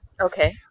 okay